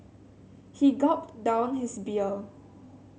he gulped down his beer